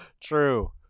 True